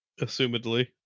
Assumedly